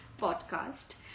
podcast